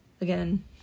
again